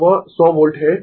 तो वह 100 वोल्ट है